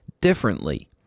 differently